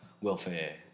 welfare